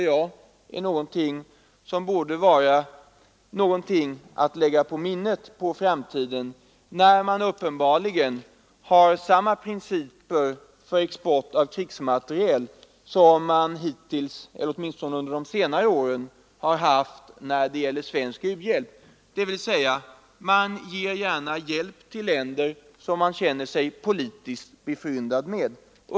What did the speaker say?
Jag anser det vara någonting att lägga på minnet för framtiden. Regeringen har uppenbarligen samma principer för export av krigsmateriel som man under senare år har haft när det gällt svensk u-hjälp. Man har gärna gett hjälp till länder som man känt sig politiskt befryndad med.